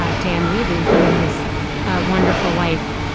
ah dan levee, he and his wonderful wife,